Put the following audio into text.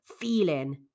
feeling